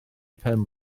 pen